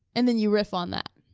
and then you riff on that.